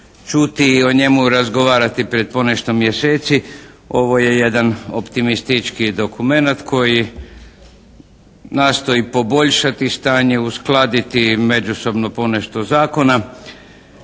čuti i o njemu razgovarati pred ponešto mjeseci ovo je jedan optimističniji dokumenat koji nastoji poboljšati stanje, uskladiti međusobno ponešto zakona,